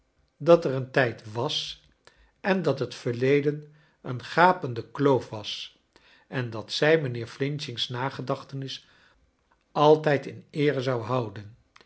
dat er een tijd was en dat het verleden een gapende kloof was en dat zij mijnheer f's nagedachtenis altijd in eere zou houden